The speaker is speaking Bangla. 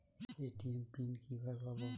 এ.টি.এম পিন কিভাবে পাবো?